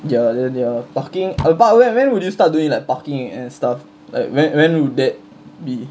ya then ya parking a~ but whe~ when would you start doing that parking and stuff like when when would that be